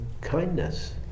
kindness